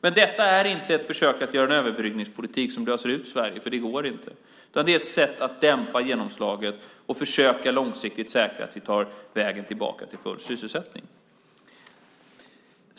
Men detta är inte ett försök att göra en överbryggningspolitik som löser ut Sverige, för det går inte, utan det är ett sätt att dämpa genomslaget och försöka att långsiktigt säkra att vi tar vägen tillbaka till full sysselsättning.